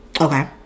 Okay